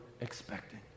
expecting